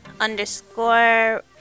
underscore